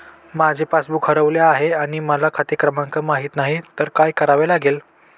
माझे पासबूक हरवले आहे आणि मला खाते क्रमांक माहित नाही तर काय करावे लागेल?